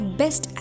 best